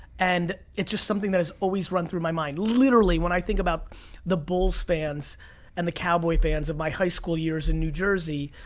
and it's just something that has always run through my mind. literally, when i think about the bulls fans and the cowboy fans of my high school years in new jersey,